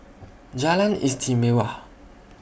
Jalan Istimewa